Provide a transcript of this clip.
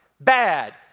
bad